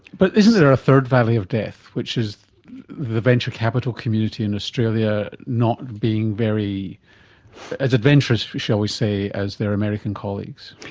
but isn't there a third valley of death which is the venture capital community in australia not being as adventurous, shall we say, as their american colleagues?